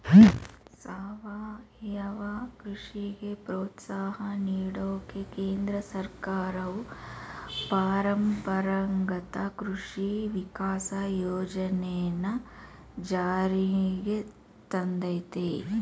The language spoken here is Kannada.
ಸಾವಯವ ಕೃಷಿಗೆ ಪ್ರೋತ್ಸಾಹ ನೀಡೋಕೆ ಕೇಂದ್ರ ಸರ್ಕಾರವು ಪರಂಪರಾಗತ ಕೃಷಿ ವಿಕಾಸ ಯೋಜನೆನ ಜಾರಿಗ್ ತಂದಯ್ತೆ